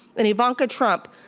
and ivanka trump,